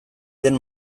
den